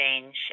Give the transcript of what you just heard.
change